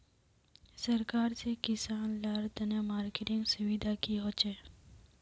सरकार से किसान लार तने मार्केटिंग सुविधा की होचे?